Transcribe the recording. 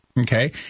Okay